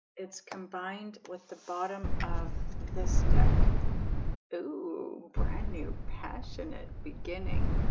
it's combined with the bottom of this deck ooh brand-new passionate beginning